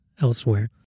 elsewhere